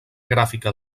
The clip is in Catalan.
gràfica